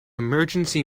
emergency